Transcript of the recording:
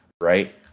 right